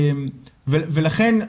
לכן,